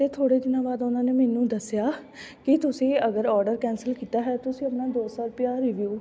ਅਤੇ ਥੋੜ੍ਹੇ ਦਿਨਾਂ ਬਾਅਦ ਉਹਨਾਂ ਨੇ ਮੈਨੂੰ ਦੱਸਿਆ ਕਿ ਤੁਸੀਂ ਅਗਰ ਔਡਰ ਕੈਂਸਲ ਕੀਤਾ ਹੈ ਤੁਸੀਂ ਆਪਣਾ ਦੋ ਸੌ ਰੁਪਈਆ ਰੀਵਿਊ